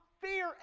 fear